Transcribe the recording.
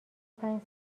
پنج